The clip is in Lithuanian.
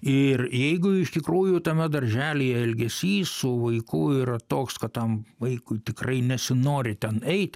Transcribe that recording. ir jeigu iš tikrųjų tame daržely elgesys su vaiku yra toks kad tam vaikui tikrai nesinori ten eit